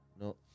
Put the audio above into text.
No